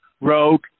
Rogue